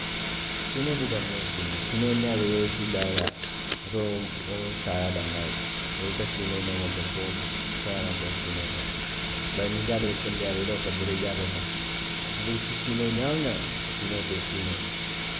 Siinoo buka moo sii noo, siinoo niŋ i ye a je wo ye i sii daa woo daa, woto wo mu saayaa danmaa le ti, wo i ka siinoo noo wo to fo a faŋo ye a loŋ ko n siinoota le, bari niŋ i jaatoo be kendeyaariŋ yeloo ka bori i jaatoo kono, i si siinoo ñaa woo ñaa, siinoo te i sii noo la